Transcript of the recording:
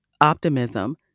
optimism